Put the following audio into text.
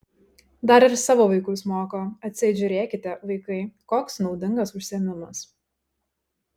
dar ir savo vaikus moko atseit žiūrėkite vaikai koks naudingas užsiėmimas